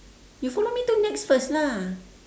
you follow me to nex first lah